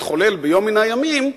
יתחולל ביום מן הימים,